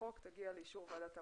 כלומר להביא להולדת אדם,